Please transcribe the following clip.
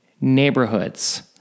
neighborhoods